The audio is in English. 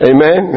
Amen